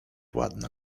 ładna